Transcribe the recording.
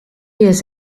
years